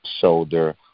shoulder